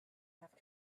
have